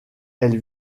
elle